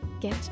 Get